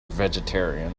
vegetarian